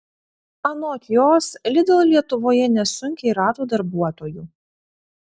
anot jos lidl lietuvoje nesunkiai rado darbuotojų